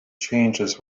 changes